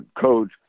code